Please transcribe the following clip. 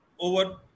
over